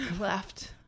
Left